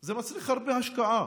זה מצריך הרבה השקעה,